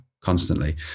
Constantly